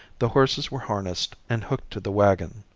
the horses were harnessed and hooked to the wagon.